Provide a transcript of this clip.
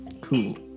Cool